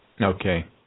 Okay